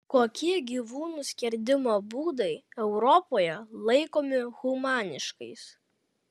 kokie gyvūnų skerdimo būdai europoje laikomi humaniškais